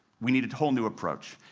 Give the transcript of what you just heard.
we need a whole new approach.